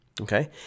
okay